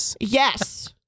Yes